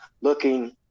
looking